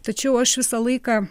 tačiau aš visą laiką